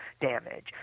damage